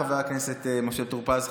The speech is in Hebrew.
חבר הכנסת משה טור פז,